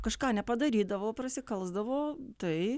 kažką nepadarydavo prasikalsdavo tai